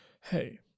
hey